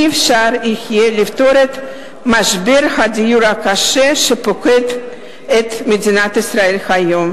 לא יהיה אפשר לפתור את משבר הדיור הקשה שפוקד את מדינת ישראל כיום,